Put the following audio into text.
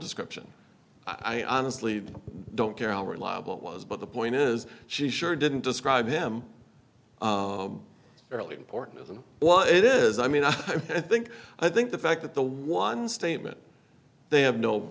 description i honestly don't care how reliable it was but the point is she sure didn't describe them fairly important isn't what it is i mean i think i think the fact that the one statement they have no